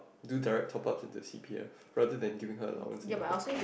do direct top ups into her c_p_f rather than giving her allowance in their bank